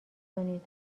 کنید